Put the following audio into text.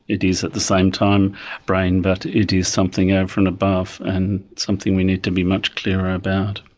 it is at the same time brain but it is something over and above and something we need to be much clearer about.